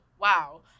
wow